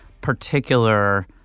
particular